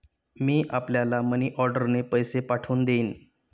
मी आपल्याला मनीऑर्डरने पैसे पाठवून देईन